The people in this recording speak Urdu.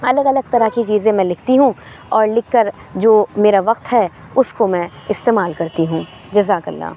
الگ الگ طرح کی چیزیں میں لکھتی ہوں اور لکھ کر جو میرا وقت ہے اُس کو میں استعمال کرتی ہوں جزاک اللہ